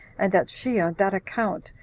and that she, on that account,